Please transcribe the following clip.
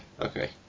okay